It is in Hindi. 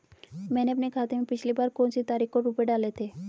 मैंने अपने खाते में पिछली बार कौनसी तारीख को रुपये डाले थे?